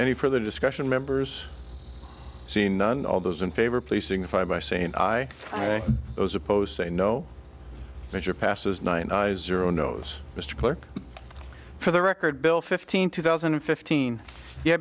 any further discussion members seen none of those in favor policing the fire by saying i suppose say no measure passes nine zero knows mr clerk for the record bill fifteen two thousand and fifteen ye